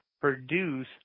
produce